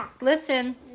Listen